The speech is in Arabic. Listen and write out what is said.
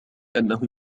أنه